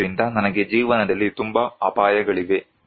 ಆದ್ದರಿಂದ ನನಗೆ ಜೀವನದಲ್ಲಿ ತುಂಬಾ ಅಪಾಯಗಳಿವೆ